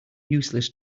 useless